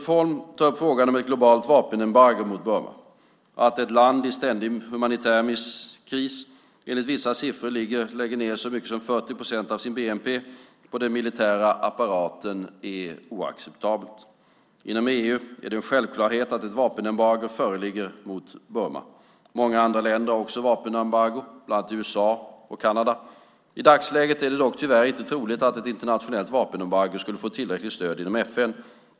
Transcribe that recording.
Ulf Holm tar upp frågan om ett globalt vapenembargo mot Burma. Att ett land i ständig humanitär kris enligt vissa siffror lägger så mycket som 40 procent av sin bnp på den militära apparaten är oacceptabelt. Inom EU är det en självklarhet att ett vapenembargo föreligger mot Burma. Många andra länder har också vapenembargo, bland annat USA och Kanada. I dagsläget är det dock tyvärr inte troligt att ett internationellt vapenembargo skulle få tillräckligt stöd inom FN.